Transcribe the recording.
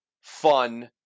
fun